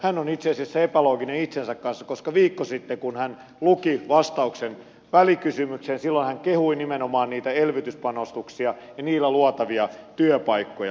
hän on itse asiassa epälooginen itsensä kanssa koska viikko sitten kun hän luki vastauksen välikysymykseen hän kehui nimenomaan elvytyspanostuksia ja niillä luotavia työpaikkoja